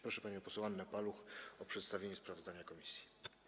Proszę panią poseł Annę Paluch o przedstawienie sprawozdania komisji.